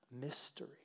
Mystery